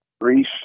Greece